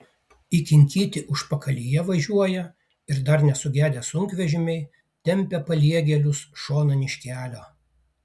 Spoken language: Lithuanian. įkinkyti užpakalyje važiuoją ir dar nesugedę sunkvežimiai tempia paliegėlius šonan iš kelio